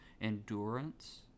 endurance